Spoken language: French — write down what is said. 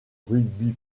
rugby